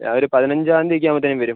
ഞാനൊര് പതിനഞ്ചാംതീ ഒക്കെ ആവുമ്പത്തേനും വരും